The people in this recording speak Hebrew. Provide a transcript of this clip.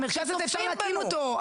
המרכז הזה אפשר להקים אותו.